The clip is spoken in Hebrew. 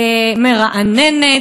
מרעננת,